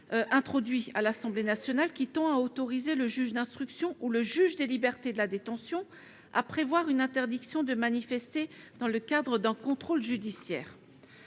introduit par l'Assemblée nationale, qui tend à autoriser le juge d'instruction ou le juge des libertés et de la détention à prévoir une interdiction de manifester dans le cadre d'un contrôle judiciaire.